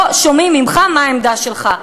לא שומעים ממך מה העמדה שלך.